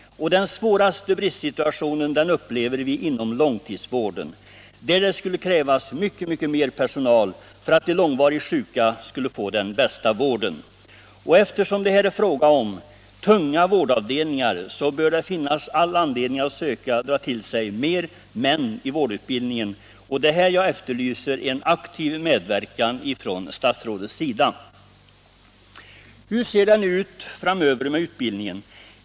Den svåraste bristsituationen upplever vi inom långtidsvården, där det krävs mycket mer personal för att de långvarigt sjuka skall kunna få den bästa vården. Eftersom det här är fråga om avdelningar med tung vård, bör det finnas all anledning att söka dra till sig mer män till vårdutbildningen. Det är här jag efterlyser en aktiv medverkan från statsrådets sida. Hur ser det nu ut framöver med utbildningen?